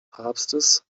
papstes